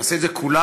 נעשה את זה כולנו,